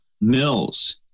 mills